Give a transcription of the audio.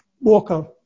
Walker